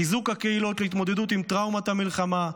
חיזוק הקהילות להתמודדות עם טראומות המלחמה,